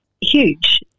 huge